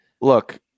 Look